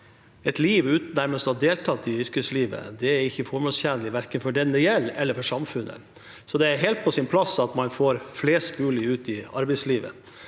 nærmest uten å ha deltatt i yrkeslivet er ikke formålstjenlig verken for den det gjelder eller for samfunnet, så det er helt på sin plass at man får flest mulig ut i arbeidslivet.